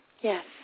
Yes